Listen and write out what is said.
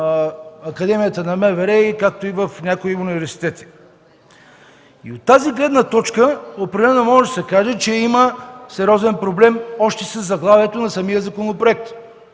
Академията на МВР, както и в някои университети. От тази гледна точка определено може да се каже, че има сериозен проблем още със заглавието на самия законопроект.